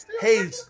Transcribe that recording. hey